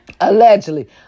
Allegedly